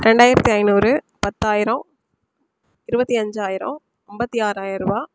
ரெண்டாயிரத்து ஐநூறு பத்தாயிரம் இருபத்தி அஞ்சாயிரம் ஐம்பத்தி ஆறாயிரரூவா